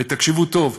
תקשיבו טוב,